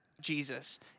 Jesus